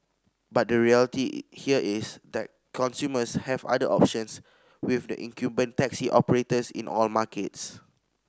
but the reality here is that consumers have other options with the incumbent taxi operators in all markets